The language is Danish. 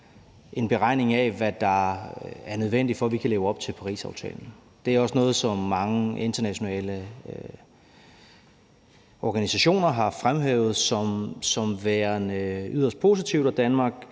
en beregning af, hvad der er nødvendigt, for at vi kan leve op til Parisaftalen. Det er også noget, som mange internationale organisationer har fremhævet som værende yderst positivt, og Danmark